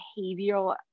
behavioral